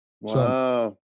Wow